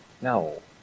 No